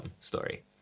story